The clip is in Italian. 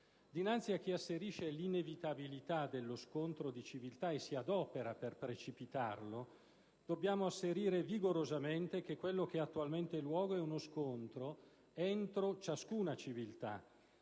Dinanzi a chi asserisce l'inevitabilità dello scontro di civiltà, e si adopera per precipitarlo, dobbiamo asserire vigorosamente che quello che attualmente ha luogo è uno scontro entro ciascuna civiltà,